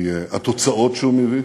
מהתוצאות שהוא מביא.